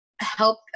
help